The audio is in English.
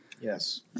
Yes